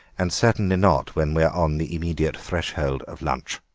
and certainly not when we're on the immediate threshold of lunch.